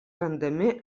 randami